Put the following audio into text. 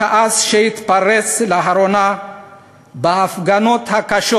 הכעס שהתפרץ לאחרונה בהפגנות הקשות